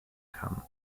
kann